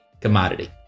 commodity